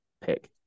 pick